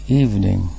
evening